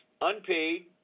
unpaid